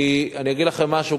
אני אגיד לכם משהו,